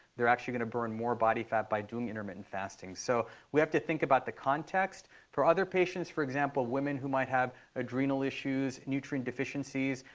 they're actually going to burn more body fat by doing intermittent fasting. so we have to think about the context. for other patients, for example, women who might have adrenal issues, nutrient deficiencies,